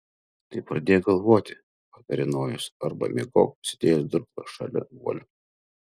tai pradėk galvoti patarė nojus arba miegok pasidėjęs durklą šalia guolio